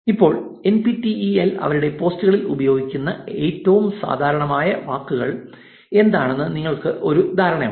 ഇപ്പോൾ N P T E L അവരുടെ പോസ്റ്റുകളിൽ ഉപയോഗിക്കുന്ന ഏറ്റവും സാധാരണമായ വാക്കുകൾ എന്താണെന്ന് നിങ്ങൾക്ക് ഒരു ധാരണയുണ്ട്